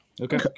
Okay